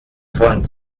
von